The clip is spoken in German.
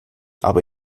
aber